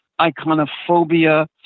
iconophobia